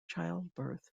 childbirth